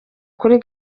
kuri